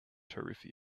tarifa